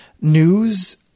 news